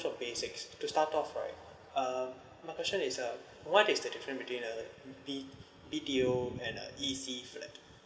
of basics to start off right um my question is uh what is the difference between the B B_T_O and the E_C flat